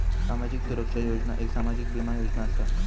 सामाजिक सुरक्षा योजना एक सामाजिक बीमा योजना असा